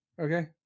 Okay